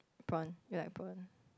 prawn you like prawn